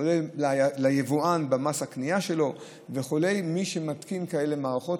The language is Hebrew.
כולל ליבואן במס הקנייה שלו וכו' למי שמתקין כאלה מערכות,